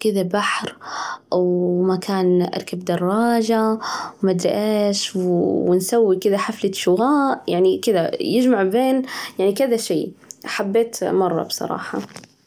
كده بحر ومكان أركب دراجة وما أدري إيش، ونسوي كده حفلة شواء يعني كده يجمع بين، يعني كذا شي حبيت مرة بصراحة.